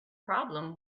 problem